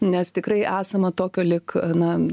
nes tikrai esama tokio lyg na